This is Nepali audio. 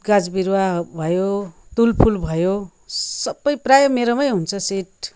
गाछबिरुवा भयो तुलफुल भयो सबै प्रायः मेरोमै हुन्छ सिड